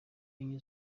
enye